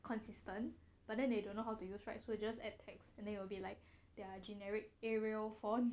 consistent but then they don't know how to use right so you just add text and then it'll be like there are generic area font